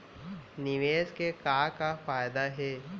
निवेश के का का फयादा हे?